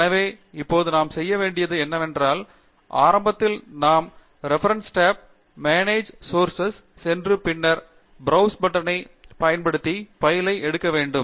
எனவே இப்போது நாம் செய்ய வேண்டியது என்னவென்றால் ஆரம்பத்தில் நாம் ரெபர்ன்ஸ் டேப் மேனேஜ் சோர்சஸ் சென்று பின்னர் பிரௌஸ் பட்டனை பயன்படுத்தி பைலை எடுக்க வேண்டும்